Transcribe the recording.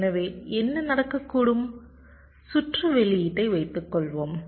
எனவே என்ன நடக்கக்கூடும் சுற்று வெளியீட்டை வைத்துக்கொள்வோம்